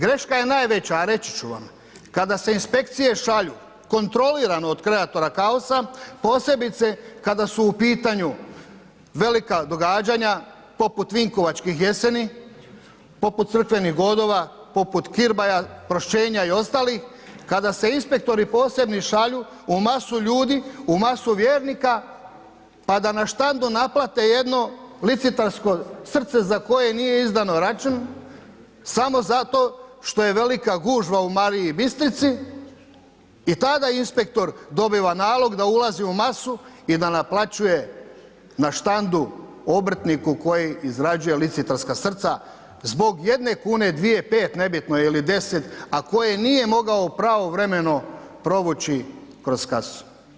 Greška je najveća a reći ću vam kada se inspekcije šalju kontrolirano od kraja ... posebice kada su u pitanju velika događanja poput Vinkovačkih jeseni, poput crkvenih godova, poput kirbaja, pošćenja i ostalih kada se inspektori posebni šalju u masu ljudi, u masu vjernika a da na štandu naplate jedno licitarsko srce za koje nije izdan račun, samo zato što je velika gužva u Mariji Bistrici i tada inspektor dobiva nalog da ulazi u masu i da naplaćuje na štandu obrtniku koji izrađuje licitarska srca za jedne kune, dvije, pet, nebitno ili 10 a koje nije mogao pravovremeno provući kroz kasu.